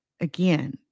again